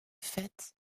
fait